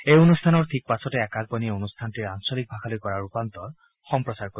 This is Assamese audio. এই অনুষ্ঠানৰ ঠিক পাছতে আকাশবাণীয়ে অনুষ্ঠানটিৰ আঞ্চলিক ভাষালৈ কৰা ৰূপান্তৰ সম্প্ৰচাৰ কৰিব